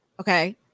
Okay